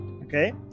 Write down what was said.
okay